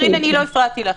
קארין, אני לא הפרעתי לך.